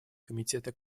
комитета